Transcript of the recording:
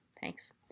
Thanks